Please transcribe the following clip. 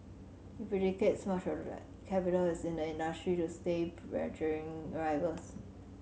he much of that capital is in the industry to stay pressuring rivals